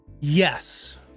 yes